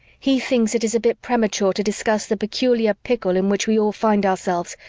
he thinks it is a bit premature to discuss the peculiar pickle in which we all find ourselves.